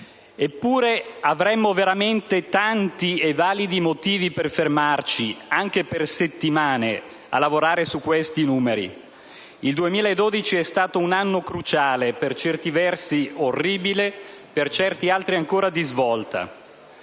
Eppure avremmo veramente tanti e validi motivi per fermarci, anche per settimane, a lavorare su questi numeri. Il 2012 è stato un anno cruciale, per certi versi orribile, per certi altri ancora di svolta.